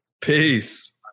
Peace